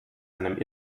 einem